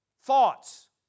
thoughts